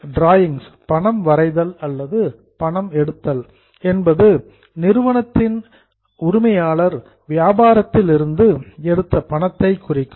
drawings பணம் வரைதல் அல்லது பணம் எடுத்தல் என்பது நிறுவனத்தின் ஓனர் உரிமையாளர் வியாபாரத்தில் இருந்து எடுத்த பணத்தை குறிக்கும்